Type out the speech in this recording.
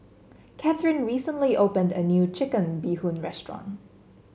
Cathryn recently opened a new Chicken Bee Hoon restaurant